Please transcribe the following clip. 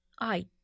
I